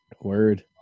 Word